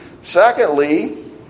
Secondly